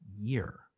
year